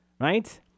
right